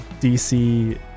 dc